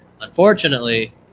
Unfortunately